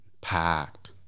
Packed